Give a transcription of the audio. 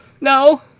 no